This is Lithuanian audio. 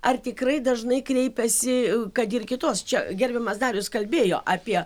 ar tikrai dažnai kreipiasi kad ir kitos čia gerbiamas darius kalbėjo apie